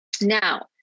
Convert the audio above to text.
Now